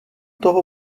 toho